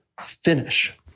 finish